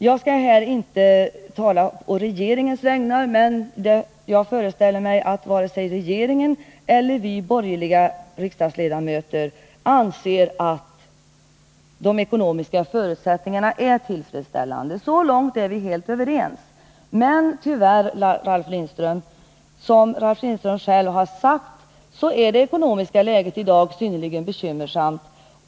Jag skall inte här tala på regeringens vägnar, men jag föreställer mig att varken regeringen eller de borgerliga riksdagsledamöterna anser att de ekonomiska förutsättningarna är tillfredsställande. Så långt är vi helt överens. Tyvärr är det ekonomiska läget i dag synnerligen bekymmersamt, som Ralf Lindström också själv har sagt.